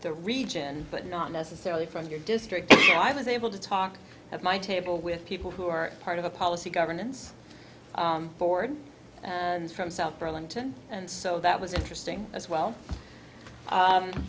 the region but not necessarily from your district and i was able to talk at my table with people who are part of a policy governance board from south burlington and so that was interesting as well